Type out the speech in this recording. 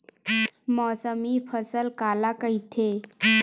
मौसमी फसल काला कइथे?